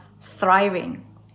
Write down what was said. thriving